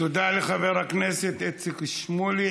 תודה לחבר הכנסת איציק שמולי.